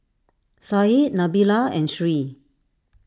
Said Nabila and Sri